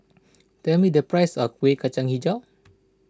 tell me the price of Kuih Kacang HiJau